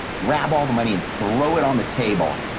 grab all the money and throw it on the table.